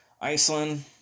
Iceland